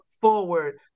forward